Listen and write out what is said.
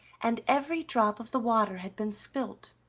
and every drop of the water had been spilt.